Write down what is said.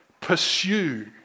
Pursue